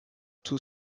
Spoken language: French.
tout